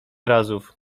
razów